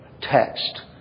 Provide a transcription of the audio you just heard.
text